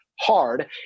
hard